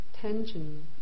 tension